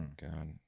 God